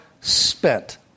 spent